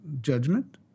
judgment